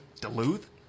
Duluth